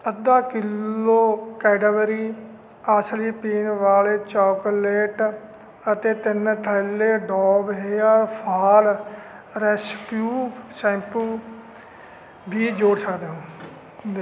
ਅੱਧਾ ਕਿੱਲੋ ਕੈਡਾਬਰੀ ਅਸਲੀ ਪੀਣ ਵਾਲੇ ਚੋਕਲੇਟ ਅਤੇ ਤਿੰਨ ਥੈਲੇ Dove hair fall rescue shampoo ਵੀ ਜੋੜ ਸਕਦੇ ਹੋ